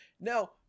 Now